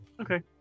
Okay